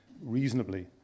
reasonably